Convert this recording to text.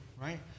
right